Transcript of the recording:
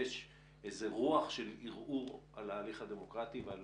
יש איזה רוח של ערעור על ההליך הדמוקרטי ועל